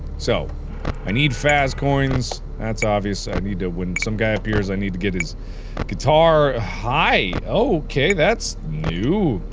so i need faz coins that's obvious. i need to when some guy appears i need to get his guitar. hi. okay that's new.